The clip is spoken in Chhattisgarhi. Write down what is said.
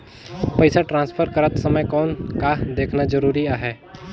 पइसा ट्रांसफर करत समय कौन का देखना ज़रूरी आहे?